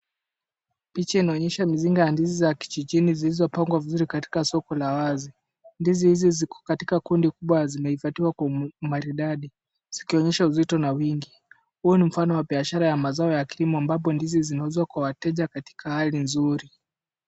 Picha inaonyesha mizinga ya ndizi za kijijini zilizopangwa vizuri katika soko la wazi. Ndizi hizi ziko katika kundi kubwa na zimehifadhiwa kwa umaridadi zikionyesha uzito na wingi. Huu ni mfano wa biashara ya mazao ya kilimo ambapo ndizi zinauzwa kwa wateja katika hali nzuri.